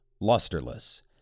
lusterless